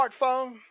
smartphone